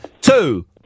two